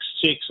six